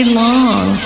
long